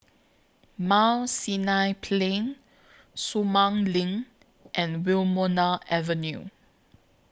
Mount Sinai Plain Sumang LINK and Wilmonar Avenue